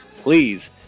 please